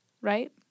right